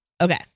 Okay